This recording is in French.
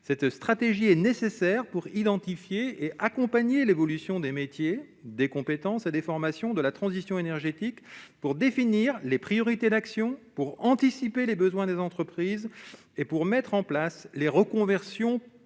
cette stratégie est nécessaire pour identifier et accompagner l'évolution des métiers et des compétences et des formations de la transition énergétique pour définir les priorités d'action pour anticiper les besoins des entreprises et pour mettre en place les reconversions